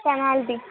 penalty